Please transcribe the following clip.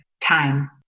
time